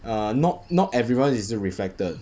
err not everyone is reflected